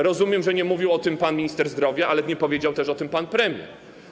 Rozumiem, że nie mówił o tym pan minister zdrowia, ale nie powiedział też o tym pan premier.